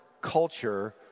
culture